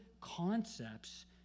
concepts